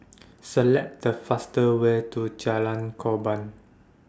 Select The faster Way to Jalan Korban